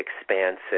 expansive